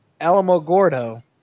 Alamogordo